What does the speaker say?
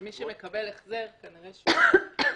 כנראה שמי שמקבל החזר הוא עסק,